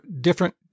different